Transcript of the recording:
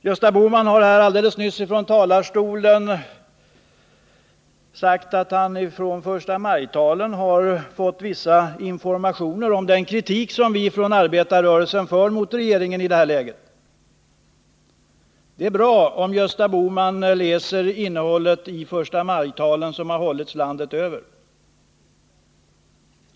Gösta Bohman har här alldeles nyss sagt att han ifrån förstamajtalen har fått vissa informationer om den kritik som vi från arbetarrörelsen för fram mot regeringen i det här läget. Det är bra om Gösta att minska utlandsupplåningen att minska utlandsupplåningen Bohman tar del av innehållet i förstamajtalen som har hållits landet över.